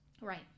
Right